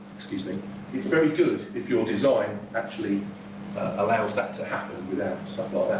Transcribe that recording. is very good if your design actually allows that to happen without stuff